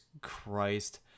Christ